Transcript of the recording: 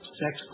sex